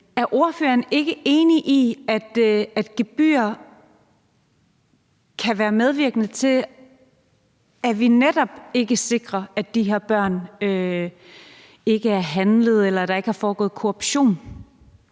Er ordføreren ikke enig i, at gebyrer kan være medvirkende til, at vi netop ikke sikrer, at de her børn ikke er handlede, eller at der ikke er foregået korruption?